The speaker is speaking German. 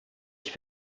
ich